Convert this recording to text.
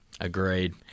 Agreed